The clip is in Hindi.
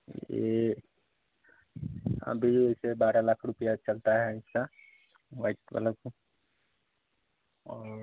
ए अभी इसे बारह लाख रूपया चलता है ऐसा व्हाइट कलर का और